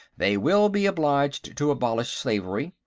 they will be obliged to abolish slavery,